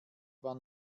war